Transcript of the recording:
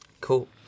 cool